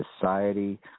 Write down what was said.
society